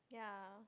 yeah